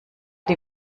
die